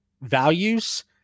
values